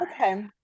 Okay